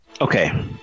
Okay